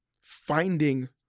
finding